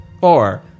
Four